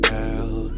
Girl